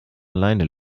alleine